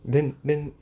then then